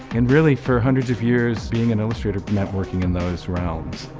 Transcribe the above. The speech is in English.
and really for hundreds of years, being an illustrator meant working in those realms.